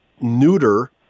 neuter